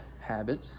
habit